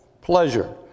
pleasure